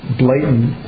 blatant